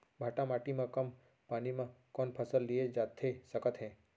भांठा माटी मा कम पानी मा कौन फसल लिए जाथे सकत हे?